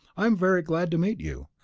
i am very glad to meet you.